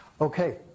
Okay